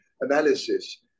analysis